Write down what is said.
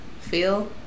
feel